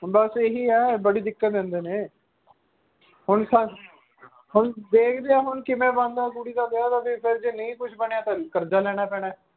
ਹੁਣ ਬਸ ਇਹੀ ਆ ਬੜੀ ਦਿੱਕਤ ਦਿੰਦੇ ਨੇ ਹੁਣ ਤਾਂ ਹੁਣ ਦੇਖਦੇ ਆ ਹੁਣ ਕਿਵੇਂ ਬਣਦਾ ਕੁੜੀ ਦਾ ਵਿਆਹ ਦਾ ਵੀ ਫਿਰ ਜੇ ਨਹੀਂ ਕੁਛ ਬਣਿਆ ਤਾਂ ਕਰਜ਼ਾ ਲੈਣਾ ਪੈਣਾ